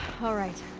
alright,